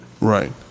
Right